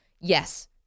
yes